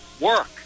work